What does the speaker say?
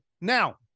Now